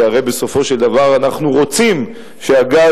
כי הרי בסופו של דבר אנחנו רוצים שהגז